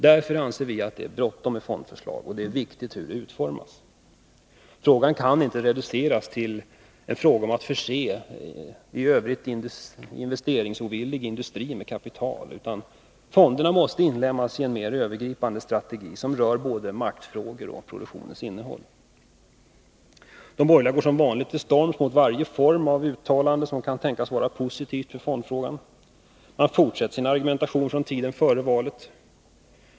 Därför anser vi att det är bråttom med ett fondförslag och att det är viktigt hur det utformas. Frågan kaninte reduceras till en fråga om att förse i övrigt investeringsovillig industri med kapital, utan fonderna måste inlemmas i en mer övergripande strategi, som rör både maktfrågor och produktionens innehåll. De borgerliga går som vanligt till storms mot varje uttalande som kan tänkas vara positivt för fondfrågan. Man fortsätter sin argumentation från tiden före valet.